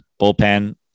bullpen